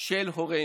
של הורינו.